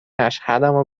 اشهدمو